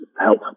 help